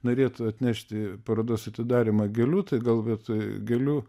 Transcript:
norėtų atnešt į parodos atidarymą gėlių tai gal vietoj gėlių